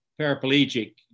paraplegic